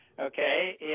Okay